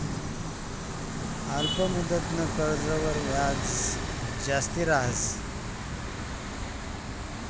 अल्प मुदतनं कर्जवर याज जास्ती रहास